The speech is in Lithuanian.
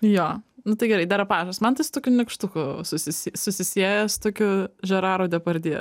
jo nu tai gerai derapažas man tai su tokiu nykštuku susi si susisieja su tokiu žeraro depardje